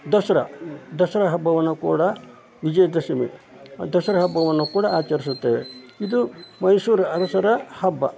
ದಸರಾ ದಸರಾ ಹಬ್ಬವನ್ನು ಕೂಡ ವಿಜಯದಶಮಿ ದಸರ ಹಬ್ಬವನ್ನು ಕೂಡ ಆಚರಿಸುತ್ತೆ ಇದು ಮೈಸೂರು ಅರಸರ ಹಬ್ಬ